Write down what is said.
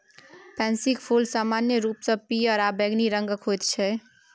पैंसीक फूल समान्य रूपसँ पियर आ बैंगनी रंगक होइत छै